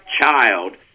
child